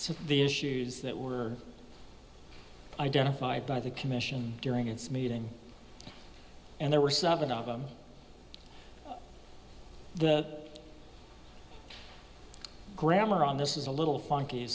t the issues that were identified by the commission during its meeting and there were seven of them the grammar on this is a little funky